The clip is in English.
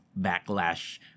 backlash